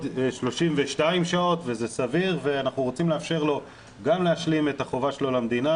32 שעות וזה סביר ואנחנו רוצים לאפשר לו גם להשלים את החובה שלו למדינה,